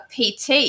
PT